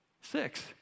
Six